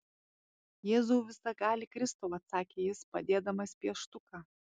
jėzau visagali kristau atsakė jis padėdamas pieštuką